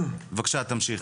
בבקשה, תמשיך.